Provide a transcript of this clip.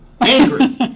angry